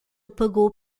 pagou